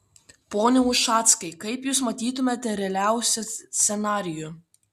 pone ušackai kaip jūs matytumėte realiausią scenarijų